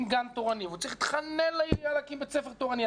גן תורני והוא צריך להתחנן לעירייה להקים בית ספר תורני.